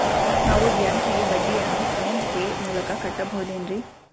ನಾವು ಬ್ಯಾಂಕಿಗೆ ಬಡ್ಡಿಯನ್ನು ಫೋನ್ ಪೇ ಮೂಲಕ ಕಟ್ಟಬಹುದೇನ್ರಿ?